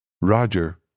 Roger